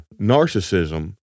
narcissism